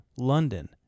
London